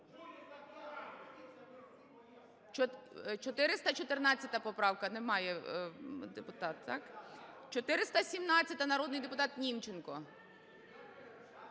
414 поправка, немає депутата. Так? 417-а, народний депутат Німченко.